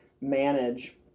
manage